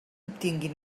obtinguin